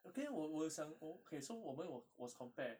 okay 我我有想我 okay so 我们 wa~ was compare